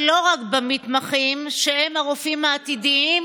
שילמו מיסים, העסיקו